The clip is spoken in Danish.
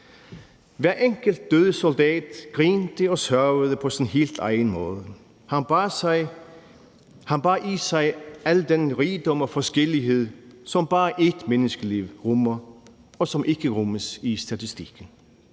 Hver enkelt døde soldat grinte og sørgede på sin helt egen måde, han bar i sig al den rigdom og forskellighed, som bare et menneskeliv rummer, og som ikke rummes i statistikken.